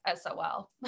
SOL